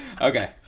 Okay